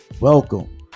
welcome